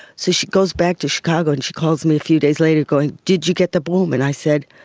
so she goes back to chicago and she calls me a few days later going, did you get the broom? and i said,